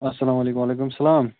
اسلامُ علیکُم وعلیکُم سلام